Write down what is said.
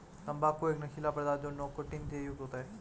तंबाकू एक नशीला पदार्थ है जो निकोटीन से युक्त होता है